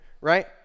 right